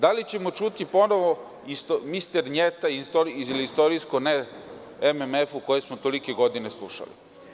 Da li ćemo čuti ponovo „Mister njeta“ ili istorijsko ne MMF-u, koji smo toliko godina slušali?